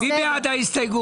מי בעד קבלת ההסתייגות?